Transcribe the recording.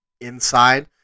inside